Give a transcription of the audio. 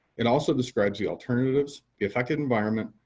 it also describes the alternatives, the affected environment,